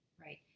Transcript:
right